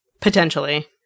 Potentially